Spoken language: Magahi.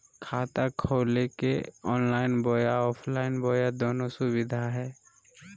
खाता खोले के ऑनलाइन बोया ऑफलाइन बोया दोनो सुविधा है?